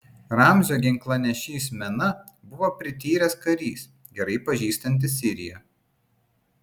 ramzio ginklanešys mena buvo prityręs karys gerai pažįstantis siriją